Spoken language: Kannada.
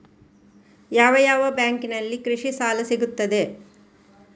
ಯಾವ ಯಾವ ಬ್ಯಾಂಕಿನಲ್ಲಿ ಕೃಷಿ ಸಾಲ ಸಿಗುತ್ತದೆ?